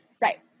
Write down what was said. Right